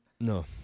No